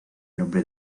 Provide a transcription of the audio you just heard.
nombre